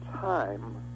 time